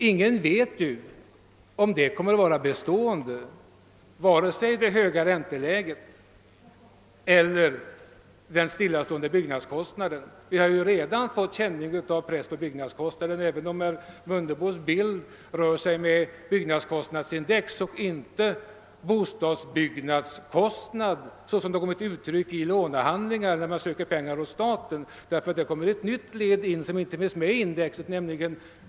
Inget vet emellertid om det höga ränteläget eller de stillastående byggnadskostnaderna kommer att bli bestående. byggnadskostnaderna sådana som de kommer till uttryck i lånehandlingarna när man söker statliga lån. Då kommer det till ett nytt led som inte finns med i indexet.